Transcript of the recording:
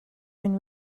been